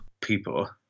people